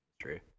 true